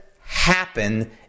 happen